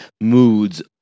moods